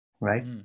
right